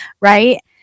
Right